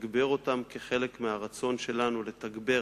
לתגבר אותם, כחלק מהרצון שלנו לתגבר